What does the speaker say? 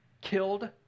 killed